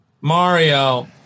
Mario